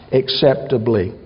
acceptably